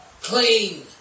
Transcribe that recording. clean